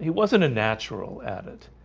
he wasn't a natural at it